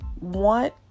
want